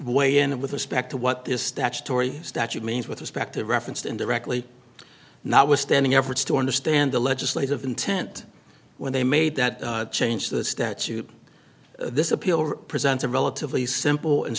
way in it with respect to what this statutory statute means with respect to referenced indirectly notwithstanding efforts to understand the legislative intent when they made that change the statute this appeal presents a relatively simple and